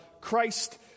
Christ